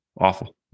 Awful